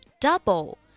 Double